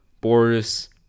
Boris